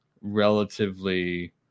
relatively